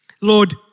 Lord